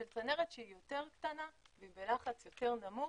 של צנרת שהיא יותר קטנה והיא בלחץ יותר נמוך.